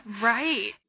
Right